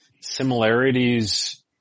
similarities